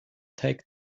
take